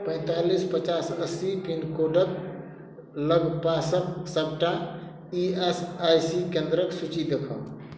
पैंतालीस पचास अस्सी पिनकोडक लग पासक सबटा ई एस आइ सी केंद्रक सूची देखाउ